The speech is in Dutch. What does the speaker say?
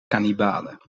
kannibalen